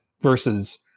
versus